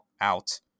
out